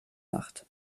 macht